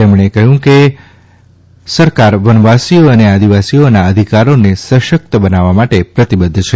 તેમણે કહ્યું કે સરકાર વનવાસીઓ અને આદિવાસીઓના અધિકારોને સશક્ત બનાવવા માટે પ્રતિબદ્ધ છે